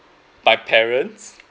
my parents